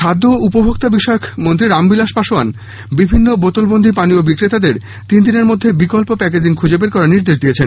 খাদ্য ও উপভোক্তা বিষয়কমন্ত্রী রামবিলাস পাসোয়ান বিভিন্ন বোতলবন্দী পানীয় বিক্রেতাদের তিন দিনের মধ্যে বিকল্প প্যাকেজিং খুঁজে বের করার নির্দেশ দিয়েছেন